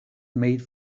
made